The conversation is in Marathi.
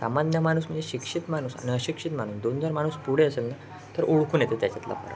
सामान्य माणूस म्हणजे शिक्षित माणूस आणि अशिक्षित माणूस दोन जर माणूस पुढे असेल ना तर ओळखून येते त्याच्यातला फरक